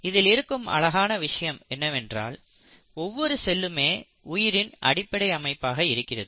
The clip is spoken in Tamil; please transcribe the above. இதில் இருக்கும் அழகான விஷயம் என்னவென்றால் ஒவ்வொரு செல்லுமே உயிரின் அடிப்படை அமைப்பாக இருக்கிறது